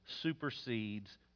supersedes